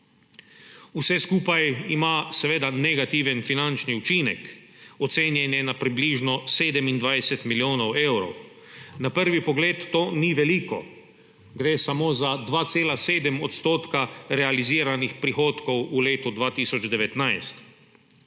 Vse skupaj ima seveda negativen finančni učinek. Ocenjen je na približno 27 milijonov evrov. Na prvi pogled to ni veliko, gre samo za 2,7 % realiziranih prihodkov v letu 2019.